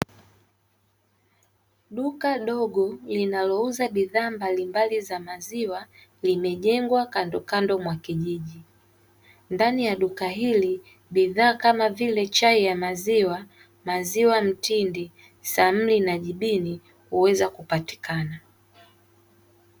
Duka dogo linalouza bidhaa ndogondogo za maziwa limejengwa kandokando ya kijiji, ndani ya duka hili bidhaa kama vile chai ya maziwa, maziwa mtindi, samli na jibini huweza kupatikana.